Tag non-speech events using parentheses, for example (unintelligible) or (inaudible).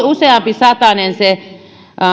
(unintelligible) useampi satanen se